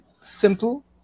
simple